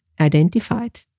identified